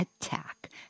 attack